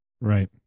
Right